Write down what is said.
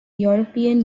european